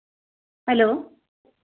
hello